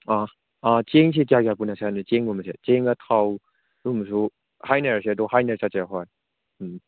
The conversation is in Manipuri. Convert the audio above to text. ꯑꯥ ꯑꯥ ꯆꯦꯡꯁꯤ ꯀꯌꯥ ꯀꯌꯥ ꯄꯨꯅꯁꯤ ꯍꯥꯏꯅꯣ ꯆꯦꯡꯒꯨꯝꯕꯁꯦ ꯆꯦꯡꯒ ꯊꯥꯎ ꯑꯗꯨꯝꯕꯁꯨ ꯍꯥꯏꯅꯔꯁꯦ ꯑꯗꯣ ꯍꯥꯏꯅꯔ ꯆꯠꯁꯦ ꯍꯣꯏ ꯎꯝ